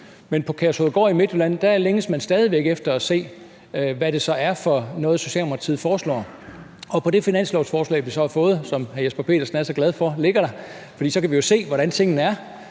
men på Kærshovedgård i Midtjylland længes man stadig væk efter at se, hvad det så er for noget, Socialdemokratiet vil foreslå. Af det finanslovsforslag, vi har fået, og som hr. Jesper Petersen er så glad for ligger der – for så kan vi jo se, hvordan tingene er